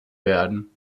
werden